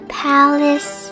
palace